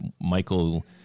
Michael